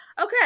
Okay